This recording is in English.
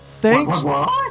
Thanks